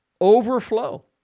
overflow